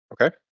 Okay